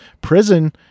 Prison